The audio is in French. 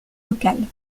locales